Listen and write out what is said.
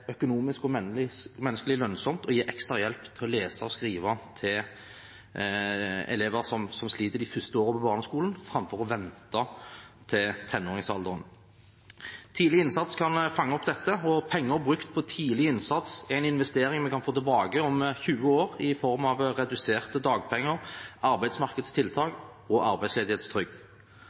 økonomisk og menneskelig lønnsomt å gi ekstra hjelp til lesing og skriving til elever som sliter de første årene på barneskolen, framfor å vente til tenåringsalderen. Tidlig innsats kan fange opp dette, og penger brukt på tidlig innsats er en investering vi kan få tilbake om 20 år i form av reduserte dagpenger, arbeidsmarkedstiltak og arbeidsledighetstrygd.